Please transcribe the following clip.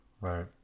Right